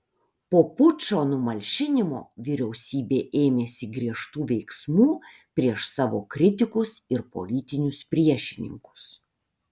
po pučo numalšinimo vyriausybė ėmėsi griežtų veiksmų prieš savo kritikus ir politinius priešininkus